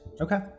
Okay